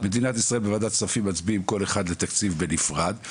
מדינת ישראל בוועדת כספים מצביעים כל אחד לתקציב בנפרד,